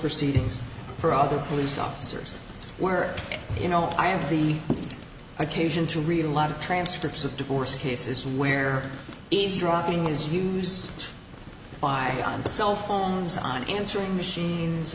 proceedings for other police officers where you know i am the occasion to read a lot of transcripts of divorce cases where eavesdropping is used by on cell phones on answering machines